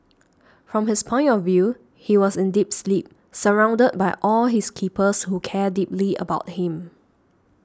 from his point of view he was in deep sleep surrounded by all his keepers who care deeply about him